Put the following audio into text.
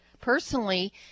personally